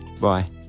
bye